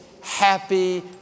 happy